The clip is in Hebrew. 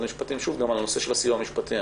המשפטים על הנושא של הסיוע המשפטי.